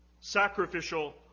sacrificial